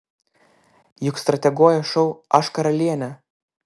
juk strateguoja šou aš karalienė